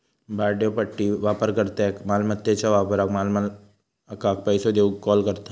भाड्योपट्टी वापरकर्त्याक मालमत्याच्यो वापराक मालकाक पैसो देऊक कॉल करता